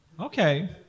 Okay